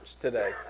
today